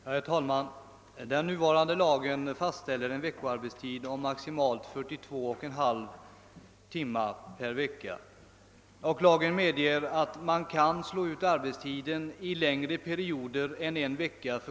Herr talman! Den nuvarande lagen har en bestämmelse om en maximal arbetstid per vecka av 42,5 timmar men lagen medger att arbetstiden för skiftarbetare kan slås ut över längre perioder än en vecka.